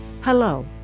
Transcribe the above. Hello